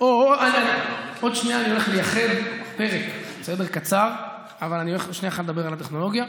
עוד שנייה אני הולך לייחד פרק קצר על הטכנולוגיה.